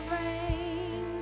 rain